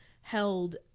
held